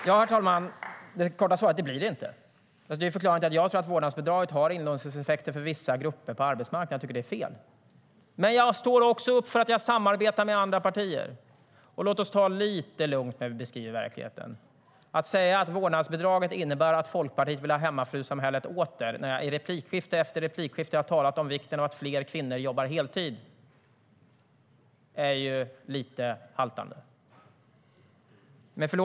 Herr talman! Det korta svaret är: Det blir det inte. Vårdnadsbidraget har inlåsningseffekter för vissa grupper på arbetsmarknaden, och det är fel. Jag står dock upp för att jag samarbetar med andra partier. Låt oss ta det lite lugnt när vi beskriver verkligheten. Att säga att vårdnadsbidraget innebär att Folkpartiet vill ha hemmafrusamhället åter efter att jag i replikskifte efter replikskifte har talat om vikten av att fler kvinnor jobbar heltid haltar lite.